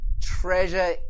treasure